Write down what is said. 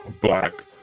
black